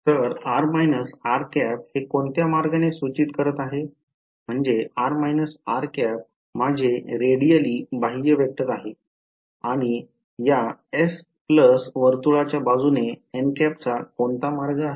तर r हे कोणत्या मार्गाने सूचित करीत आहे म्हणजे r माझे रेडियलली बाह्य वेक्टर आहे आणि या s plus वर्तुळच्या बाजूने चा कोणता मार्ग आहे